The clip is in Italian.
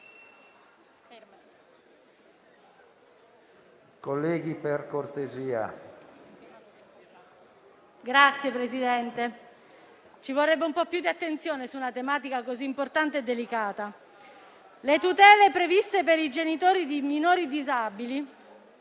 PIRRO *(M5S)*. Ci vorrebbe un po' più di attenzione su una tematica così importante e delicata. Le tutele previste per i genitori di minori disabili